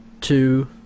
two